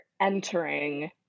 entering